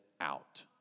out